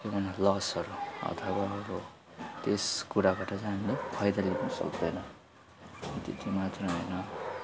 किनभने लसहरू अथवा अब त्यस कुराबाट चाहिँ हामी फाइदा लिनु सक्दैन त्यति मात्र होइन